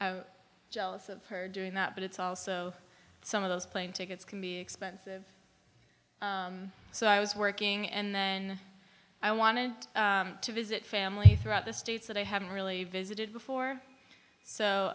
jealous of her doing that but it's also some of those plane tickets can be expensive so i was working and then i wanted to visit family throughout the states that i haven't really visited before so